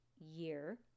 year